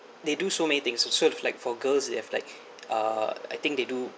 they do so many things with sort of like for girls they have like uh I think they do